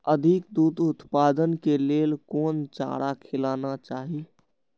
अधिक दूध उत्पादन के लेल कोन चारा खिलाना चाही?